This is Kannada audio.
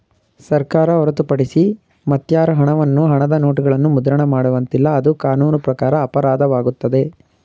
ಸರ್ಕಾರ ಹೊರತುಪಡಿಸಿ ಮತ್ಯಾರು ಹಣವನ್ನು ಹಣದ ನೋಟುಗಳನ್ನು ಮುದ್ರಣ ಮಾಡುವಂತಿಲ್ಲ, ಅದು ಕಾನೂನು ಪ್ರಕಾರ ಅಪರಾಧವಾಗುತ್ತದೆ